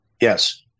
Yes